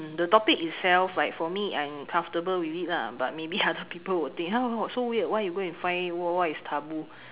mm the topic itself like for me I am comfortable with it lah but maybe other people will think !huh! no so weird why you go and find what what is taboo